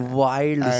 wild